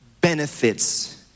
benefits